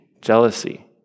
jealousy